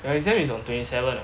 your exam is on twenty seven ah